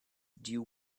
dew